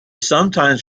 sometimes